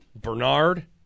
Bernard